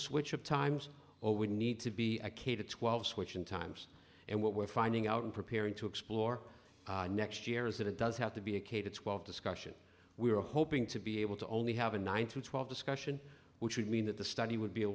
switch of times or we need to be a k to twelve switching times and what we're finding out and preparing to explore next year is that it does have to be a k to twelve discussion we were hoping to be able to only have a nine to twelve discussion which would mean that the study would be a